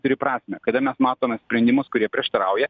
turi prasmę kada mes matome sprendimus kurie prieštarauja